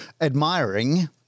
admiring